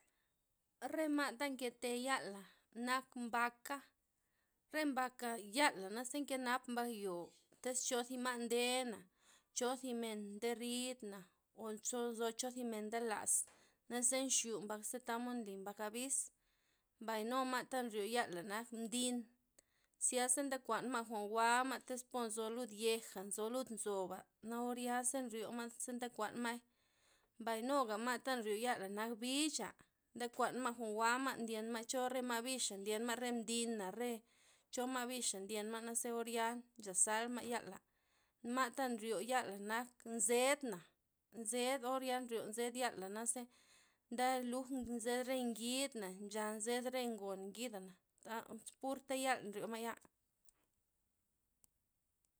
Re ma' ta nke yala nak mbaka', re mbaka' yala' naze nkep mbak yo', tiz cho zima' nde na, chozi men nderid na o nzo- chozi men ndelas, naze nxu mbak ze tamod nli mbak avis, mbay nu ma' ta nryo yala nak mdin, zyasa nde kuan ma' jwa'n jwa'ma tiz po nzo lud yeja', nzo lud nzoba' na orya'ze nrio ma' ze nde kuanma'y, mbay nuga ma' ta nrio yala nak bicha', nde kuan ma' jwa'n jwa'ma ndyenma' cho rema' bixa ndyenma', ndyenma' re mbina' re cho ma' bix ndyenma' zaa orya nche zalma' yala', ma' tha nryo yala nak nzedna, nzed orya nryo nzed yala naze ndeluj nzed re ngidna, ncha nzed re ngo gida'na nn- ta purta' yal nryo ma'ya.